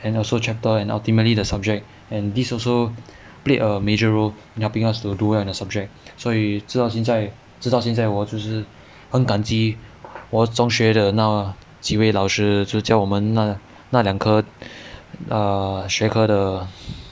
and also chapter and ultimately the subject and this also played a major role in helping us to do well in the subject 所以直到现在直到现在我就是很感激我中学的那几位老师就是教我们那那两科 err 学科的